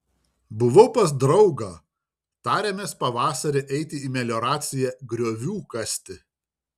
buvau pas draugą tarėmės pavasarį eiti į melioraciją griovių kasti